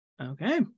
Okay